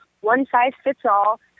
one-size-fits-all